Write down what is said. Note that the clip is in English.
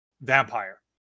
vampire